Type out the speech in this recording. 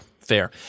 fair